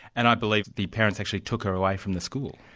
and i believe the parents actually took her away from the school.